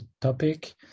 topic